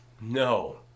No